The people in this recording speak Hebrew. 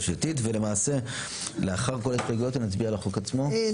לעניין שינוי בתוספת כמשמעותו בסעיף האמור.